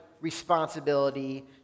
responsibility